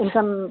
ᱮᱱᱠᱷᱟᱱ